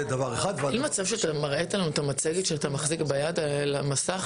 יש מצב שאתה מראה לנו את המצגת שאתה מחזיק ביד על המסך?